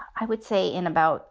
i would say in about